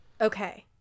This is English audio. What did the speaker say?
Okay